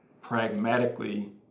pragmatically